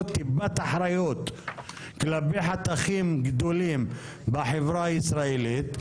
טיפת אחריות כלפי חתכים גדולים בחברה הישראלית.